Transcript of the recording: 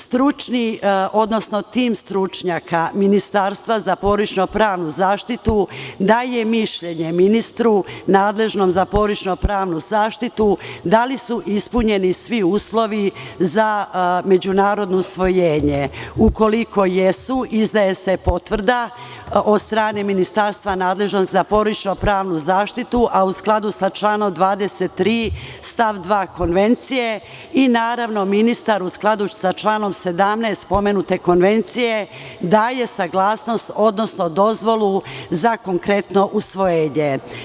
Stručni, odnosno tim stručnjaka Ministarstva za porodično pravnu zaštitu daje mišljenje ministru nadležnom za porodično pravnu zaštitu da li su ispunjeni svi uslovi za međunarodno usvojenje, ukoliko jesu, izdaje se potvrda od strane ministarstva nadležnog za porodično pravnu zaštitu a u skladu sa članom 23. stav 2. Konvencije i naravno ministar, u skladu sa članom 17. pomenute Konvencije daje saglasnost odnosno dozvolu za konkretno usvojenje.